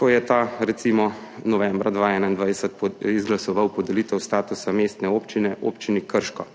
ko je ta recimo novembra 2021 izglasoval podelitev statusa mestne občine Občini Krško,